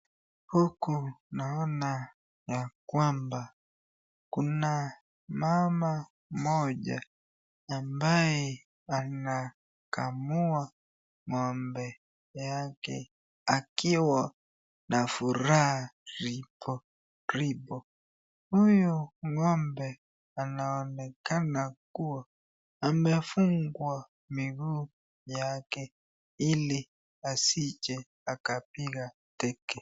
Huku naona ya kwamba kuna mama mmoja ambaye anakamua ngombe yake akiwa na furaha riboribo, huyu ngombe anaonekana kuwa amefungwa miguu yake ili asije akapiga teke.